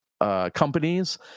Companies